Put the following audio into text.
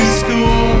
school